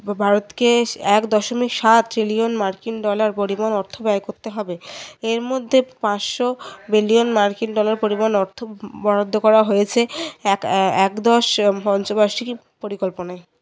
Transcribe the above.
ভারতকে এক দশমিক সাত ট্রিলিয়ন মার্কিন ডলার পরিবহন অর্থ ব্যয় করতে হবে এর মধ্যে পাঁচশো বিলিয়ন মার্কিন ডলার পরিবহন অর্থ বরাদ্ধ করা হয়েছে এক একদশ পঞ্চবার্ষিকী পরিকল্পনায়